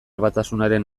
batasunaren